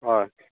हय